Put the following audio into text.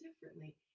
differently